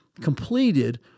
completed